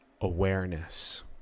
awareness